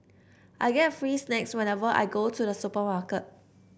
I get free snacks whenever I go to the supermarket